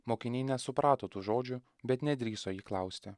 mokiniai nesuprato tų žodžių bet nedrįso jį klausti